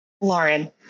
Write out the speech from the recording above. Lauren